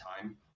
time